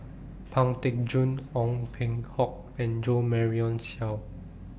Pang Teck Joon Ong Peng Hock and Jo Marion Seow